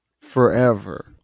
forever